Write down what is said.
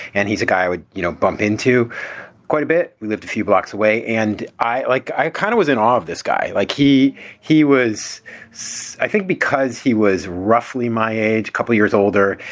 and he's a guy i would you know bump into quite a bit. we lived a few blocks away and i like i kind of in off this guy. like he he was i think, because he was roughly my age, couple years older.